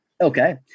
Okay